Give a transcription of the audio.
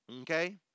Okay